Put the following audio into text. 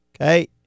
Okay